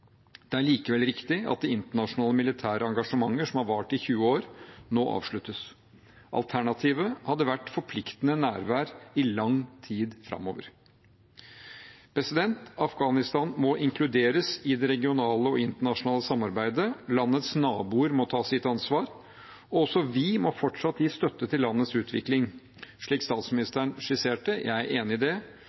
Det er likevel riktig at det internasjonale militære engasjementet som har vart i 20 år, nå avsluttes. Alternativet hadde vært forpliktende nærvær i lang tid framover. Afghanistan må inkluderes i det regionale og internasjonale samarbeidet, landets naboer må ta sitt ansvar, og også vi må fortsatt gi støtte til landets utvikling, slik statsministeren skisserte. Jeg er enig i det,